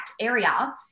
area